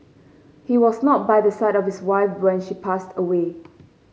he was not by the side of his wife when she passed away